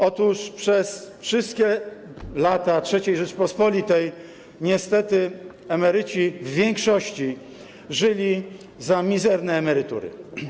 Otóż przez wszystkie lata III Rzeczypospolitej niestety emeryci w większości żyli za mizerne emerytury.